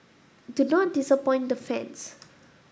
do not disappoint the fans